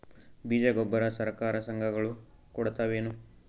ಬೀಜ ಗೊಬ್ಬರ ಸರಕಾರ, ಸಂಘ ಗಳು ಕೊಡುತಾವೇನು?